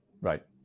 Right